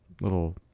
little